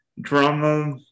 drama